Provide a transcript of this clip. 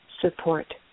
support